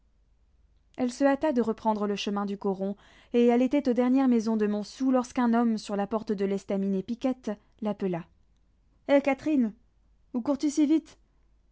elle se hâta de reprendre le chemin du coron et elle était aux dernières maisons de montsou lorsqu'un homme sur la porte de l'estaminet piquette l'appela eh catherine où cours tu si vite